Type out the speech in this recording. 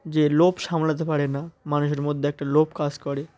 যে লোভ সামলাতে পারে না মানুষের মধ্যে একটা লোভ কাজ করে